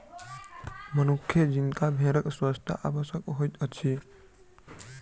मनुखे जेंका भेड़क स्वच्छता आवश्यक होइत अछि